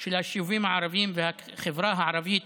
של היישובים הערביים והחברה הערבית